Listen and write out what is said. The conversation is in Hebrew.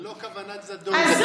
ללא כוונת זדון.